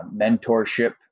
mentorship